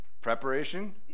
Preparation